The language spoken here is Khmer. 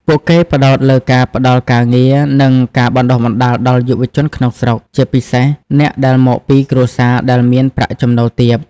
ពួកគេផ្តោតលើការផ្តល់ការងារ និងការបណ្តុះបណ្តាលដល់យុវជនក្នុងស្រុក ជាពិសេសអ្នកដែលមកពីគ្រួសារដែលមានប្រាក់ចំណូលទាប ។